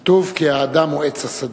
כתוב: כי האדם הוא עץ השדה.